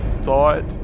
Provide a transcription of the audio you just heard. thought